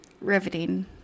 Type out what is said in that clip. Riveting